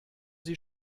sie